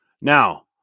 Now